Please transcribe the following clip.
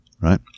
Right